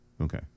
Okay